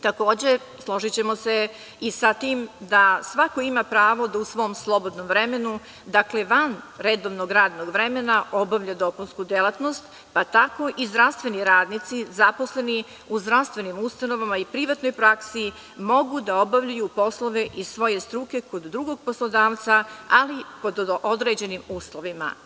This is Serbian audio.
Takođe, složićemo se i sa tim da svako ima pravo da u svom slobodnom vremenu, dakle van redovnog radnog vremena obavlja dopunsku delatnost, pa tako i zdravstveni radnici, zaposleni u zdravstvenim ustanovama i privatnoj praksi mogu da obavljaju poslove iz svoje struke kod drugog poslodavca, ali pod određenim uslovima.